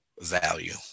value